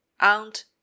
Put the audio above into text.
aunt